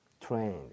trained